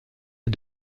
est